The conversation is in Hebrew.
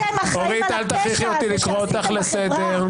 אתם אחראים על הפשע הזה, שעשיתם בחברה.